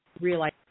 realize